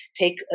take